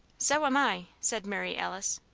so am i, said mary alice,